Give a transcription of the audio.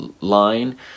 line